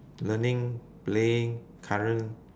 learning playing current